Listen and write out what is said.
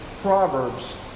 Proverbs